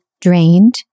drained